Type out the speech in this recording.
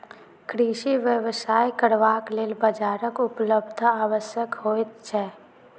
कृषि व्यवसाय करबाक लेल बाजारक उपलब्धता आवश्यक होइत छै